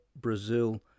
Brazil